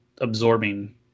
absorbing